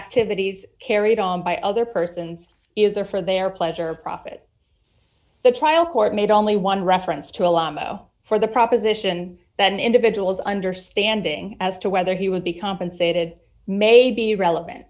activities carried on by other persons either for their pleasure profit the trial court made only one reference to a lot for the proposition that an individual's understanding as to whether he would be compensated may be relevant